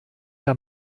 der